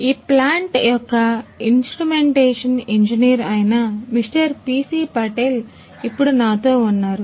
ఈ ప్లాంట్ యొక్క ఇన్స్ట్రుమెంటేషన్ ఇంజనీర్అయిన మిస్టర్ పిసి పటేల్ ఇప్పుడు నాతో ఉన్నారు